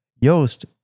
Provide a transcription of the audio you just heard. Yost